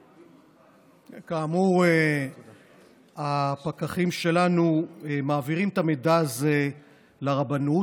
כאמור, הפקחים שלנו מעבירים את המידע הזה לרבנות.